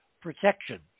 protection